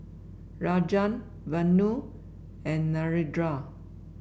Rajan Vanu and Narendra